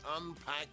unpack